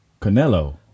Canelo